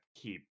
keep